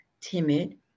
timid